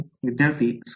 विद्यार्थी स्केलर